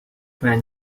man